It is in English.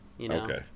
okay